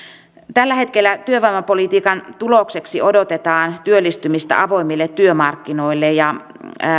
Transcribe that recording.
tällä hetkellä työvoimapolitiikan tulokseksi odotetaan työllistymistä avoimille työmarkkinoille ja